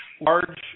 large